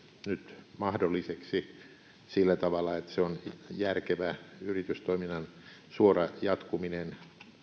nyt mahdolliseksi sillä tavalla että se on järkevä yritystoiminnan suora jatkuminen